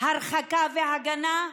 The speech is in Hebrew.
הרחקה והגנה,